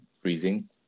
freezing